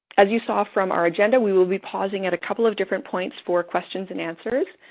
as you saw from our agenda, we will be pausing at a couple of different points for questions and answers.